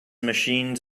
machines